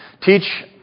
Teach